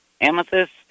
amethyst